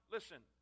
Listen